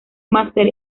máster